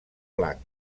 blanc